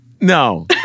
no